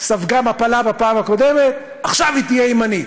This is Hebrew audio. ספגה מפלה בפעם הקודמת, עכשיו היא תהיה ימנית: